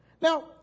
Now